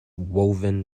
woven